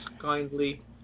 kindly